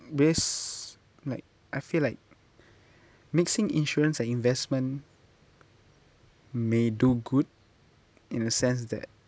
based like I feel like mixing insurance and investment may do good in a sense that